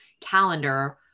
calendar